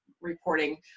reporting